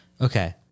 Okay